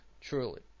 Truly